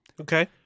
Okay